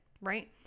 Right